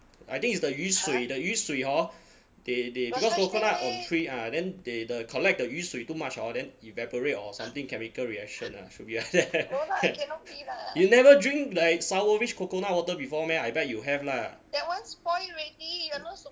I think it's the 雨水 the 雨水 hor they they because coconut on tree ah then they the collect the 雨水 too much hor then evaporate or something chemical reaction ah should be like that you never drink like sourish coconut water before meh I bet you have lah